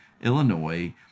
Illinois